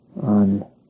on